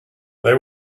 they